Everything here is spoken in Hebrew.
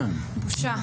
בושה.